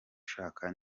shaka